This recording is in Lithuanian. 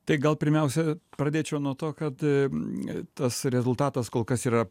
tai gal pirmiausia pradėčiau nuo to kad tas rezultatas kol kas yra